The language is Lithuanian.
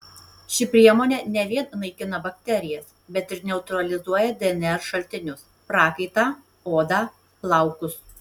ši priemonė ne vien naikina bakterijas bet ir neutralizuoja dnr šaltinius prakaitą odą plaukus